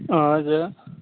ओजों